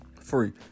free